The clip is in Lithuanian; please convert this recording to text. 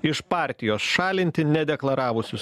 iš partijos šalinti nedeklaravusius